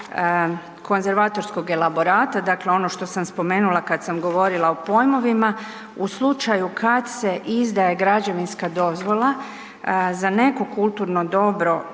konzervatorskog elaborata, dakle ono što sam spomenula kad sam govorila o pojmovima. U slučaju kad se izdaje građevinska dozvola za neko kulturno dobro